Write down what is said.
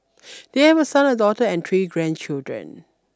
they have a son a daughter and three grandchildren